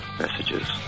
messages